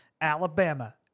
Alabama